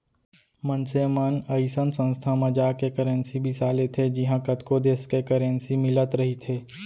मनसे मन अइसन संस्था म जाके करेंसी बिसा लेथे जिहॉं कतको देस के करेंसी मिलत रहिथे